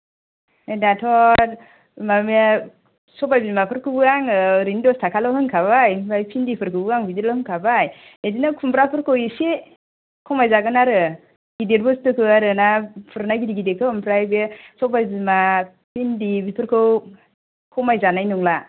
दाथ' माबाया सबाइ बिमा फोरखौबो आङो ओरैनो आङो दस थाखा होनखाबाय आमफ्राय बिनदि फोरखौबो आङो बिदिल' होनखाबाय बिदिनो खुमब्रा फोरखौ एसे खमायजागोन आरो गिदिर बुसथुखौ आरो ना फुरनाय गिदिर गिदिरखौ ओमफ्राय बे सबाइ बिमा बिनदि बिफोरखौ खमाय जानाय नंला